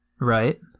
Right